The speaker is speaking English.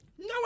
No